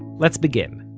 let's begin.